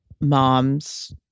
mom's